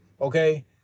Okay